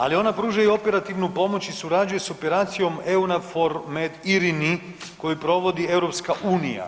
Ali ona pruža i operativnu pomoć i surađuje s operacijom EUNAFOR MED IRINI koju provodi EU.